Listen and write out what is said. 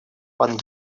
пан